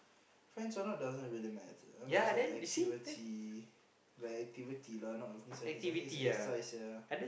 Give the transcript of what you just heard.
friends or not doesn't really matter but it's like activity the activity lah not is exercise sia